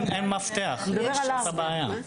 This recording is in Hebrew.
זאת הבעיה.